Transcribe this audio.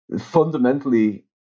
fundamentally